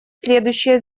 следующие